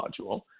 module